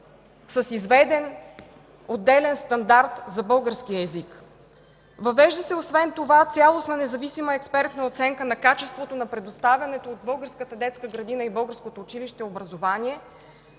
с изведен отделен стандарт за българския език. Въвежда се и цялостна независима експертна оценка на качеството на предоставяното от българската детска градина и българското училище образование,